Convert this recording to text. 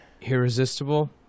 irresistible